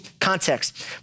context